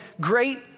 great